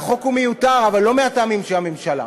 החוק מיותר, אבל לא מהטעמים של הממשלה.